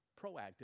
proactive